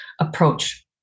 approach